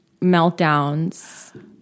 meltdowns